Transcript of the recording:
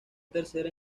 tercera